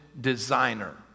designer